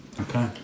Okay